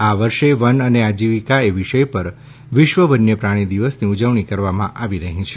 આ વર્ષે વન અને આજીવિકા એ વિષય પર વિશ્વ વન્યપ્રાણી દિવસની ઉજવણી કરવામાં આવી રહી છે